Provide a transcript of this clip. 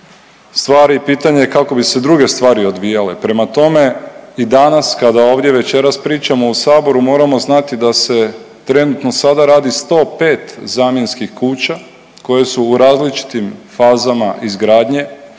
stvari, pitanje je kako bi se druge stvari odvijale, prema tome i danas kada ovdje večeras pričamo u Saboru moramo znati da se trenutno sada radi 105 zamjenskih kuća koje su u različitim fazama izgradnje,